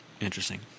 Interesting